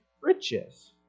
riches